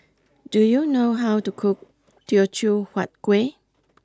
do you know how to cook Teochew Huat Kueh